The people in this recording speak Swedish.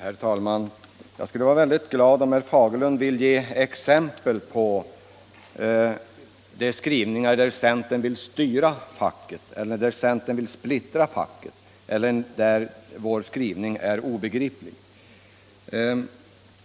Herr talman! Jag skulle vara glad om herr Fagerlund gav exempel på de skrivningar där centern vill styra eller splittra facket eller där vår skrivning är obegriplig.